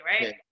right